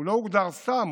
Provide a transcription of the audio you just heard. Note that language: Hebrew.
הוא לא הוגדר סתם,